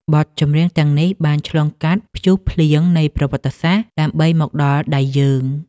បទចម្រៀងទាំងនេះបានឆ្លងកាត់ព្យុះភ្លៀងនៃប្រវត្តិសាស្ត្រ ដើម្បីមកដល់ដៃយើង។